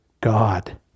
God